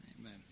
Amen